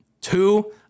two